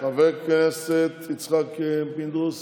חבר הכנסת יצחק פינדרוס,